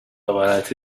عبارت